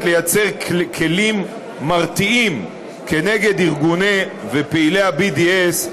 לייצר כלים מרתיעים כנגד ארגוני ופעילי ה-BDS,